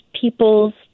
people's